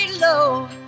low